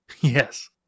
Yes